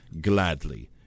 gladly